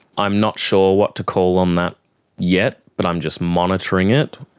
i'm not sure what to call on that yet but i'm just monitoring it,